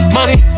Money